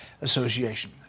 Association